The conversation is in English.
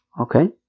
Okay